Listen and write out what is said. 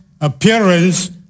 appearance